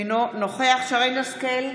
אינו נוכח שרן מרים השכל,